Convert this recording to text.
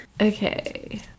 Okay